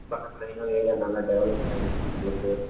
பக்கத்தில் இன்னும் ஏரியா நல்ல டெவலப் ஆகிடுச்சி உங்களுக்கு